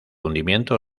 hundimiento